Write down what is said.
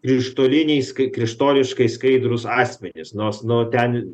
krištoliniai skai krištoriškai skaidrūs asmenys nors nu ten